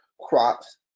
crops